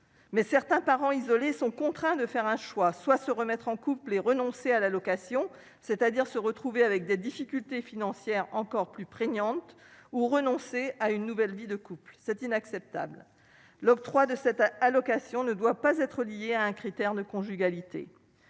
mais certains parents isolés sont contraints de faire un choix : soit se remettre en couple et renoncer à l'allocation, c'est-à-dire se retrouver avec des difficultés financières encore plus prégnante ou renoncer à une nouvelle vie de couple c'est inacceptable l'octroi de cette allocation ne doit pas être lié à un critère de conjugalité